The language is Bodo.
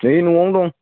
नै न'वावनो दं